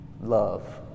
Love